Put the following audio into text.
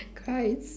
cries